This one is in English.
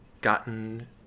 gotten